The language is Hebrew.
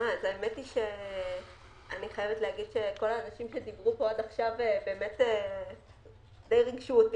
האמת היא שאני חייבת להגיד שכל האנשים שדיברו פה עד עכשיו ריגשו אותי.